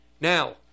Now